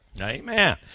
Amen